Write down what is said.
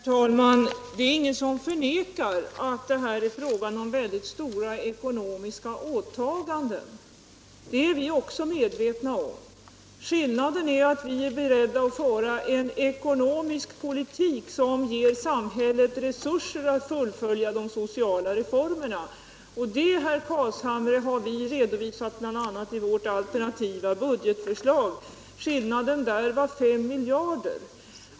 Herr talman! Det är ingen som förnekar att det här är fråga om stora ekonomiska åtaganden. Detta är vi också medvetna om. Skillnaden är den, att vi är beredda att föra en ekonomisk politik som ger samhället resurser att fullfölja de sociala reformerna. Det, herr Carlshamre, har vi redovisat bl.a. i vårt alternativa budgetförslag; skillnaden där var 5 miljarder.